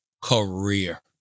career